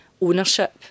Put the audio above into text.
ownership